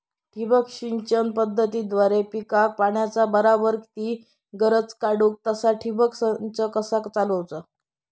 ठिबक सिंचन पद्धतीद्वारे पिकाक पाण्याचा बराबर ती गरज काडूक तसा ठिबक संच कसा चालवुचा?